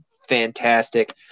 fantastic